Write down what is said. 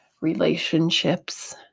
relationships